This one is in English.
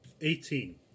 Eighteen